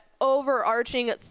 overarching